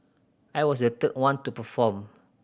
I was the third one to perform